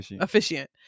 officiant